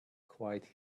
quite